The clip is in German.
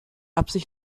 absicht